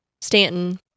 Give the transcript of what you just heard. Stanton